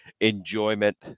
enjoyment